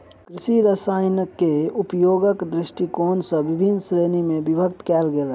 कृषि रसायनकेँ उपयोगक दृष्टिकोण सॅ विभिन्न श्रेणी मे विभक्त कयल गेल अछि